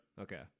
Okay